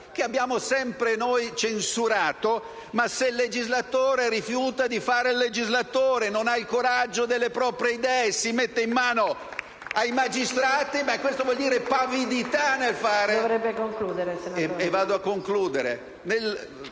che abbiamo sempre censurato. Se il legislatore rifiuta di fare il legislatore, se non ha il coraggio delle proprie idee e si mette in mano ai magistrati, dimostra pavidità